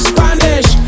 Spanish